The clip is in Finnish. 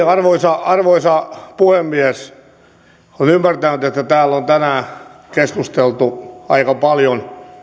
arvoisa arvoisa puhemies olen ymmärtänyt että täällä on tänään keskusteltu aika paljon